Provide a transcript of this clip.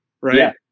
Right